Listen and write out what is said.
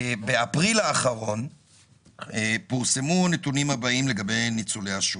באפריל האחרון פורסמו הנתונים הבאים לגבי ניצולי השואה: